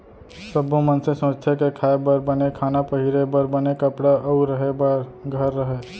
सब्बो मनसे सोचथें के खाए बर बने खाना, पहिरे बर बने कपड़ा अउ रहें बर घर रहय